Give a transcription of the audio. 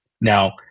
Now